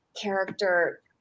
character